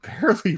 barely